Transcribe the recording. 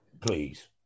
Please